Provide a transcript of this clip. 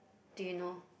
do you know